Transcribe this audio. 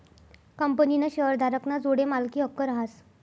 कंपनीना शेअरधारक ना जोडे मालकी हक्क रहास